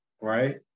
right